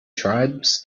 tribes